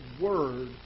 Word